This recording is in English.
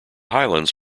highlands